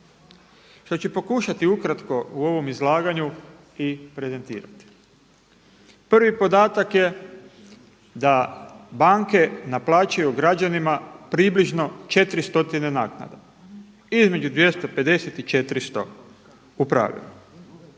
što ću pokušati ukratko u ovom izlaganju i prezentirati. Prvi podatak je da banke naplaćuju građanima približno 4 stotine naknada između 250 i 400 u pravilu.